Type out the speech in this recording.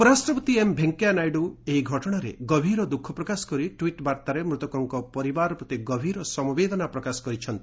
ଉପରାଷ୍ଟପତି ଏମ୍ ଭେଙ୍କିୟା ନାଇଡ଼ ଏହି ଘଟଣାରେ ଗଭୀର ଦ୍ରଃଖ ପ୍ରକାଶ କରି ଟ୍ୱିଟ୍ ବାର୍ଭାରେ ମୃତକଙ୍କ ପରିବାର ପ୍ରତି ଗଭୀର ସମବେଦନା ପ୍ରକାଶ କରିଛନ୍ତି